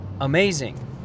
amazing